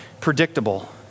predictable